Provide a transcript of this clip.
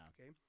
okay